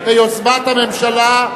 ביוזמת הממשלה,